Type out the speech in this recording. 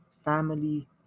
Family